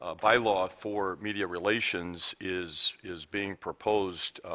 ah bylaw for media relations is is being proposed,